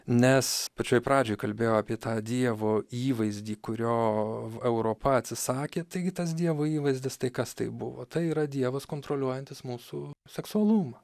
nes pačioj pradžioj kalbėjau apie tą dievo įvaizdį kurio europa atsisakė taigi tas dievo įvaizdis tai kas tai buvo tai yra dievas kontroliuojantis mūsų seksualumą